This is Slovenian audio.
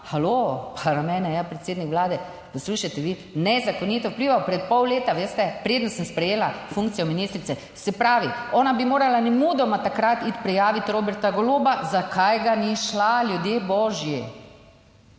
halo, pa na mene je ja predsednik Vlade, poslušajte vi, nezakonito vplival pred pol leta, veste, preden sem sprejela funkcijo ministrice. Se pravi, ona bi morala nemudoma takrat iti prijaviti Roberta Goloba. Zakaj ga ni šla, ljudje božji?